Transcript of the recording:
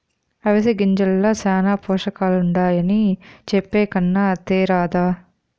అవిసె గింజల్ల శానా పోసకాలుండాయని చెప్పే కన్నా తేరాదా